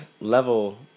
level